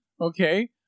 Okay